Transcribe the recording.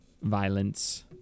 violence